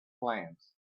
plants